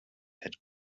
had